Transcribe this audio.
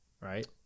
Right